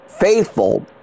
faithful